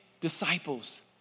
disciples